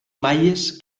maies